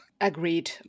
Agreed